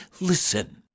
Listen